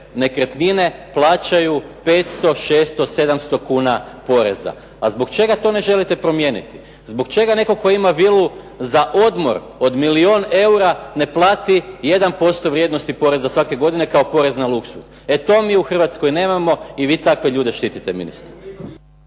nekretnine plaćaju 500, 600, 700 kuna poreza. A zbog čega to ne želite promijeniti? Zbog čega netko tko ima vilu za odmor od milijun eura ne plati 1% vrijednosti poreza svake godine kao porez na luksuz. E to mi u Hrvatskoj nemamo i vi takve ljude štitite ministre.